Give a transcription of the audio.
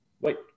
wait